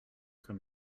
quand